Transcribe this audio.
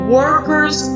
workers